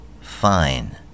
Fine